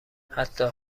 حتی